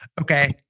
okay